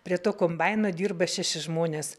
prie to kombaino dirba šeši žmonės